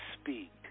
speak